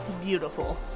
Beautiful